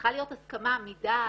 צריכה להיות הסכמה מדעת,